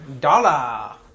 dollar